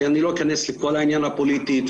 ולא אכנס לכל העניין הפוליטי,